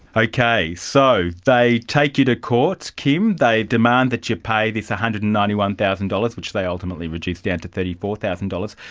okay, so they take you to court, kim, they demand that you pay this one hundred and ninety one thousand dollars, which they ultimately reduced down to thirty four thousand dollars.